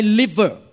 liver